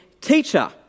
Teacher